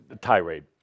tirade